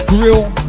Grill